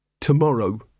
Tomorrow